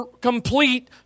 complete